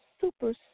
super